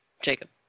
Jacob